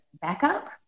backup